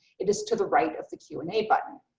it is to the right of the q and a button.